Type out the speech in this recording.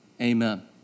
amen